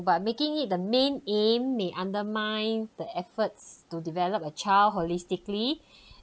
but making it the main aim may undermine the efforts to develop a child holistically